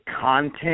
content